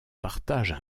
partagent